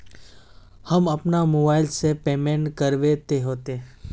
हम अपना मोबाईल से पेमेंट करबे ते होते?